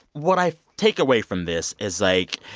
what i take away from this is, like,